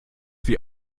wie